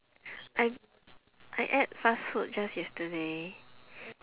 I I ate fast food just yesterday